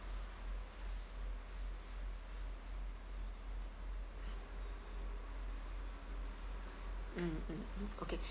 mm mm mm okay